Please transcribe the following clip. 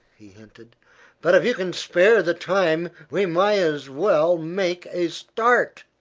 he hinted but if you can spare the time we may as well make a start.